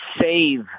save